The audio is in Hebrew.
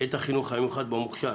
את החינוך המיוחד במוכש"ר,